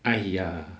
!aiya!